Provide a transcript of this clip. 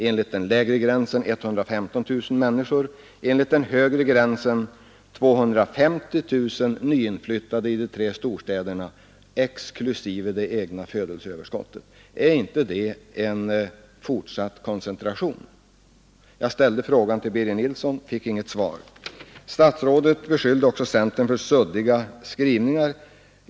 Enligt den lägre gränsen blir det 115 000, enligt den högre gränsen 250 000 nyinflyttade. Är inte det en fortsatt koncentration? Jag ställde som sagt frågan till herr Birger Nilsson men fick inget svar. Jag väntar ett svar från statsrådet. Statsrådet beskyllde också centern för suddiga skrivningar.